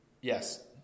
Yes